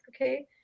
okay